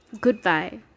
Goodbye